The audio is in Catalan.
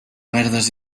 verdes